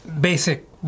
basic